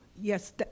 Yes